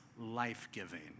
life-giving